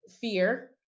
fear